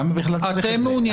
למה בכלל צריך את זה?